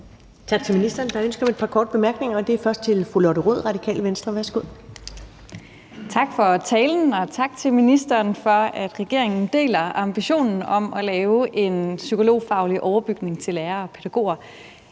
Tak til ministeren. Der er ønske om et par korte bemærkninger. Det er først til fru Lotte Rod, Radikale Venstre. Værsgo. Kl. 15:18 Lotte Rod (RV): Tak for talen, og tak til ministeren for, at regeringen deler ambitionen om at lave en psykologfaglig overbygning til lærere og pædagoger.